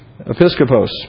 Episcopos